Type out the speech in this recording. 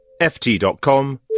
ft.com